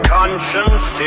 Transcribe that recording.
conscience